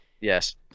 Yes